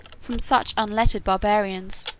from such unlettered barbarians,